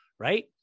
right